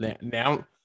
Now